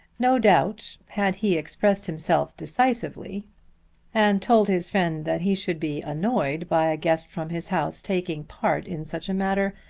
no doubt had he expressed himself decisively and told his friend that he should be annoyed by a guest from his house taking part in such a matter,